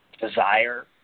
desire